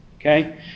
Okay